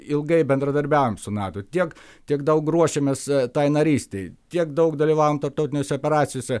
ilgai bendradarbiavom su nato tiek tiek daug ruošėmės tai narystei tiek daug dalyvavom tarptautinėse operacijose